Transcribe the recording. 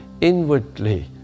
inwardly